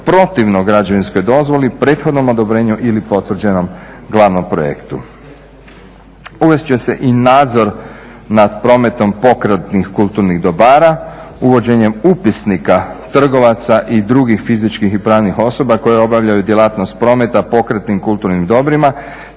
protivno građevinskoj dozvoli, prethodnom odobrenju ili potvrđenom glavnom projektu. Uvest će se i nadzor nad prometom pokretnih kulturnih dobara uvođenjem upisnika trgovaca i drugih fizičkih i pravnih osoba koje obavljaju djelatnost prometa pokretnim kulturnim dobrima